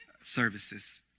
services